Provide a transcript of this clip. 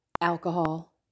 alcohol